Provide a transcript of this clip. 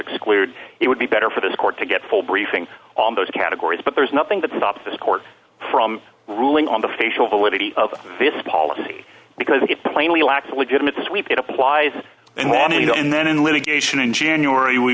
exclude it would be better for this court to get full briefing on those categories but there's nothing that stops this court from ruling on the facial validity of this policy because it plainly lacks a legitimate sweep it applies and wanted to and then in litigation in january we